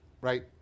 right